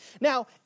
Now